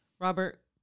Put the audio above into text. Robert